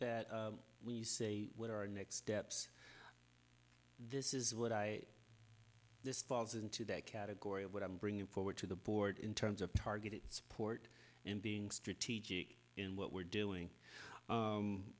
that when you say what our next steps this is what i this falls into that category of what i'm bringing forward to the board in terms of targeted support and being strategic in what we're doing